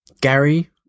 Gary